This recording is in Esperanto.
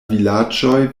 vilaĝoj